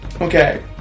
okay